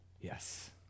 Yes